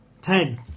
Ten